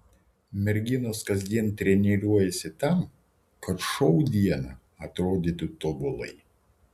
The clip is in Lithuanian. merginos kasdien treniruojasi tam kad šou dieną atrodytų tobulai